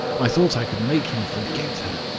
i thought i could make him forget her.